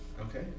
Okay